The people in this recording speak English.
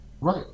Right